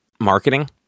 marketing